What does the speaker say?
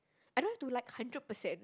I don't have to like hundred percent